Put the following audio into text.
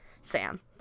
Sam